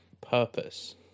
purpose